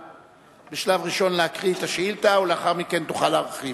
בשלב ראשון להקריא את השאילתא ולאחר מכן תוכל להרחיב.